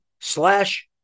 slash